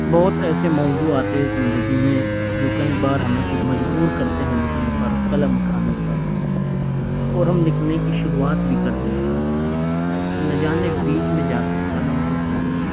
بہت ایسے موضوع آتے ہیں زندگی میں جو کئی بار ہمیں خود مجبور کرتے ہیں لکھنے پر قلم اٹھانے پر اور ہم لکھنے کی شروعات بھی کر دیتے ہیں نہ جانے بیچ میں جا کر قلم رک جاتا ہے